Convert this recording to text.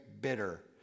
bitter